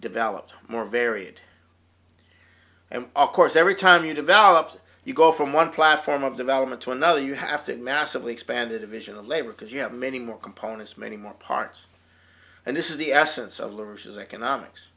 developed more varied and of course every time you develop you go from one platform of development to another you have to massively expanded a vision of labor because you have many more components many more parts and this is the essence of lurches economics